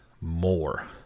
more